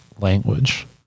language